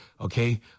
okay